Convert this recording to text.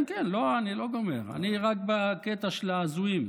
כן, כן, אני לא גומר, אני רק בקטע של ההזויים.